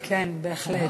כן, בהחלט.